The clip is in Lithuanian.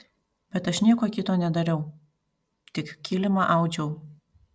bet aš nieko kito nedariau tik kilimą audžiau